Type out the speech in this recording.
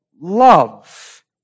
love